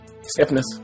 Stiffness